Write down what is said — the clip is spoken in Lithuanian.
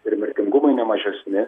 ir mirtingumai nemažesni